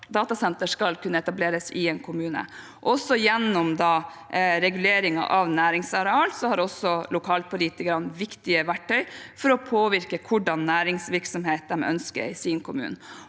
datasentre skal kunne etableres i kommunene. Også gjennom regulering av næringsareal har lokalpolitikerne viktige verktøy for å påvirke hvilken næringsvirksomhet de ønsker i sin kommune.